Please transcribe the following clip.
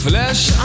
Flesh